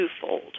twofold